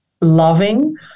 loving